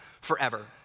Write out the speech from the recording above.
forever